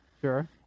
Sure